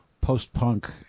post-punk